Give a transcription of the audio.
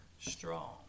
strong